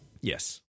Yes